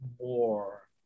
more